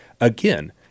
Again